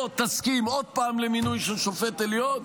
או תסכים עוד פעם למינוי של שופט עליון,